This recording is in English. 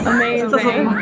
Amazing